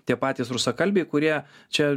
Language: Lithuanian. tie patys rusakalbiai kurie čia